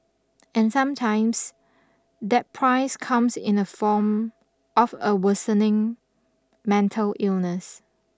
and sometimes that price comes in the form of a worsening mental illness